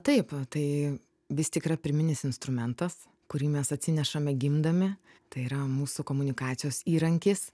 taip tai vis tik yra pirminis instrumentas kurį mes atsinešame gimdami tai yra mūsų komunikacijos įrankis